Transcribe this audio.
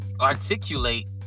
articulate